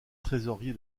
trésorier